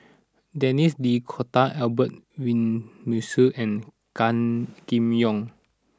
Denis D'Cotta Albert Winsemius and Gan Kim Yong